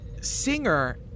Singer